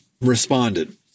responded